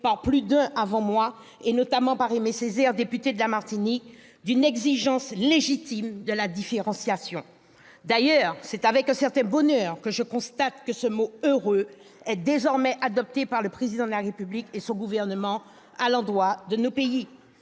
par plus d'un avant moi, et notamment Aimé Césaire, député de la Martinique, d'une exigence légitime de différenciation. D'ailleurs, c'est avec un certain bonheur que je constate que ce mot- heureux -est désormais adopté par le Président de la République et son gouvernement à l'endroit de nos pays.